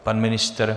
Pan ministr?